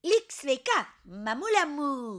lik sveika mamule mū